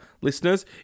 listeners